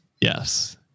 Yes